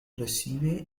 recibe